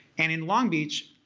and in long beach,